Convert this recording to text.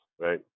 right